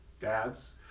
dads